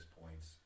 points